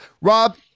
Rob